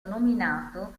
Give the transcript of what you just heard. nominato